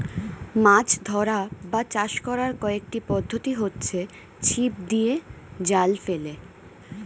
মাছ ধরা বা চাষ করার কয়েকটি পদ্ধতি হচ্ছে ছিপ দিয়ে, জাল ফেলে